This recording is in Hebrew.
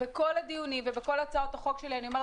בכל הדיונים ובכל הצעות החוק שלי אני אומרת